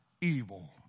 evil